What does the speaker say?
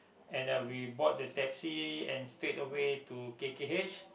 and we brought the taxi and straight away to k_k_h